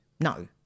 no